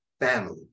family